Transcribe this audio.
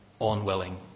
unwilling